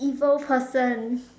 evil person